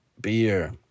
Beer